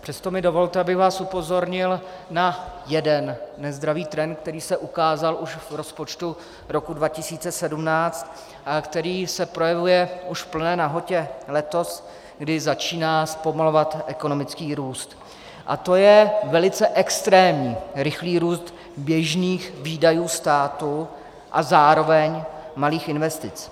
Přesto mi dovolte, abych vás upozornil na jeden nezdravý trend, který se ukázal už v rozpočtu roku 2017 a který se projevuje už v plné nahotě letos, kdy začíná zpomalovat ekonomický růst, a to je velice extrémní, rychlý růst běžných výdajů státu a zároveň malých investic.